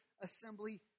assembly